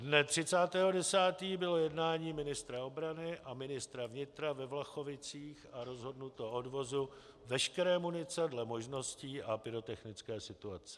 Dne 30. 10. bylo jednání ministra obrany a ministra vnitra ve Vlachovicích a rozhodnuto odvozu veškeré munice dle možností a pyrotechnické situace.